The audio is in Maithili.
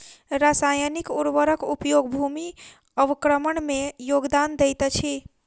रासायनिक उर्वरक उपयोग भूमि अवक्रमण में योगदान दैत अछि